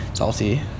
Salty